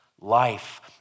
life